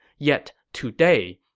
yet today,